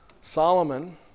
Solomon